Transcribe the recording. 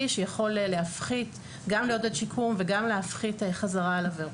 שיכול גם לעודד שיקום וגם להפחית חזרה על עבירות.